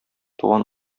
туган